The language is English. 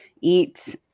eat